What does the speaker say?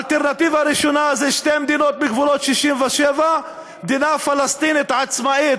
האלטרנטיבה הראשונה היא שתי מדינות בגבולות 67' מדינה פלסטינית עצמאית,